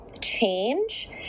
change